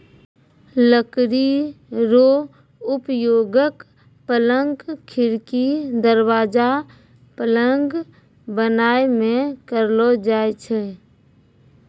लकड़ी रो उपयोगक, पलंग, खिड़की, दरबाजा, पलंग बनाय मे करलो जाय छै